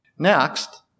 Next